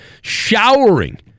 showering